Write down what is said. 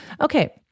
Okay